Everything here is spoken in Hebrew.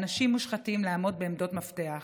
ואנשים מושחתים לעמוד בעמדות מפתח.